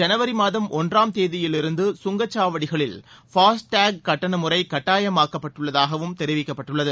ஜனவரிமாதம் ஒன்றாம் தேதியிலிருந்து வரும் சுங்கச்சாவடிகளில் கட்டணமுறைகட்டாயமாக்கப்பட்டுள்ளதாகவும் தெரிவிக்கப்பட்டுள்ளது